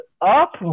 up